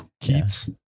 Keats